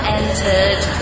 entered